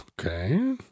Okay